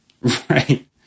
right